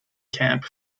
camp